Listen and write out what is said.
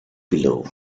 below